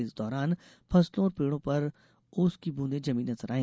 इस दौरान फसलों और पेड़ों पर ओस की बूंदे जमी नजर आई